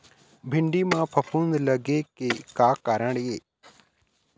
भिंडी म फफूंद लगे के का कारण ये?